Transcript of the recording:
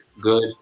good